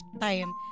time